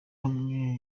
hamwe